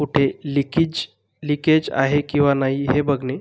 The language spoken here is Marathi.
कुठे लिकेज लिकेज आहे किंवा नाही हे बघणे